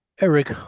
Eric